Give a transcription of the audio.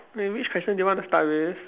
maybe which question do you want to start with